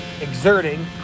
exerting